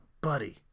buddy